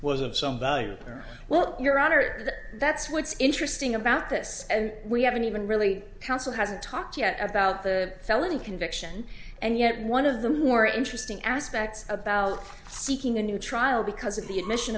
was of some value well your honor that's what's interesting about this and we haven't even really counsel hasn't talked yet about the felony conviction and yet one of the more interesting aspects about seeking a new trial because of the admission